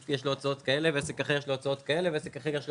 יש לו הוצאות כאלה ועסק אחר יש לו הוצאות כאלה ועסק אחר יש לו